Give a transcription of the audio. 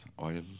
oil